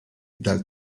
dal